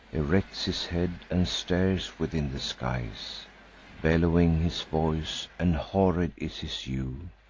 erects his head, and stares within the skies bellowing his voice, and horrid is his hue.